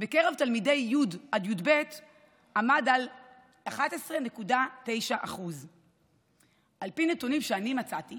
בקרב תלמידי י' עד י"ב עמד על 11.9%. על פי נתונים שאני מצאתי